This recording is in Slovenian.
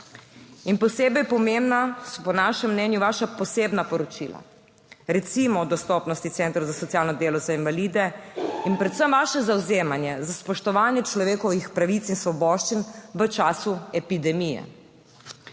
In posebej pomembna so po našem mnenju vaša posebna poročila, recimo o dostopnosti centrov za socialno delo za invalide, in predvsem vaše zavzemanje za spoštovanje človekovih pravic in svoboščin v času epidemije.